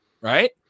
right